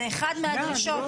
זו אחת מהדרישות.